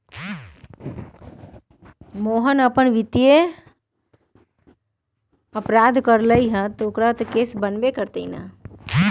मोहना पर वित्तीय अपराध करे के केस हई